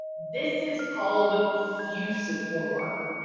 this is called the fusiform.